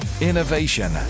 innovation